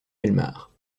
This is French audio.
bellemare